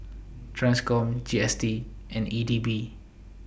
TRANSCOM G S T and E D B